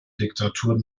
diktatur